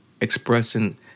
expressing